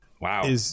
Wow